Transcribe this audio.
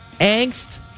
angst